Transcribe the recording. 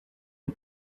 des